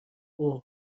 اوه